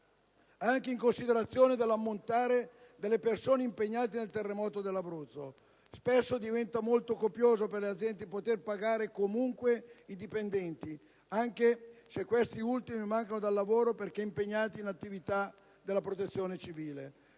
Anche in considerazione dell'ammontare delle persone impegnate nel terremoto dell'Abruzzo, spesso diventa molto oneroso per le aziende poter pagare comunque i dipendenti, anche se questi ultimi mancano dal lavoro perché impegnati in attività della protezione civile.